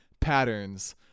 patterns